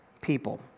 people